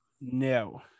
no